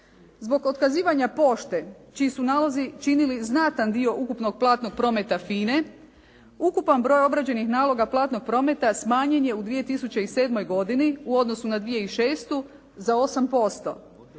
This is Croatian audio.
Zbog otkazivanja pošte čiji su nalozi činili znatan dio ukupnog platnog prometa FINA-e ukupan broj obrađenih naloga platnog prometa smanjen je u 2007. godini u odnosu na 2006. za 8%.